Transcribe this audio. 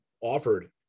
offered